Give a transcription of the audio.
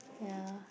ya